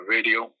Radio